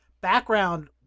Background